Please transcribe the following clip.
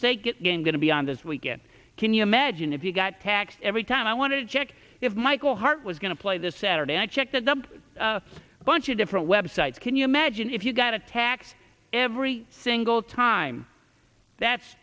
state game going to be on this weekend can you imagine if you got taxed every time i want to check if michael hart was going to play this saturday i checked the dump a bunch of different websites can you imagine if you got attacked every single time that's